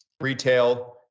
retail